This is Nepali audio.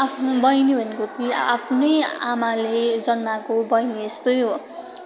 आफ्नो बहिनी भनेपछि आफ्नै आमाले जन्माको बहिनी जस्तै हो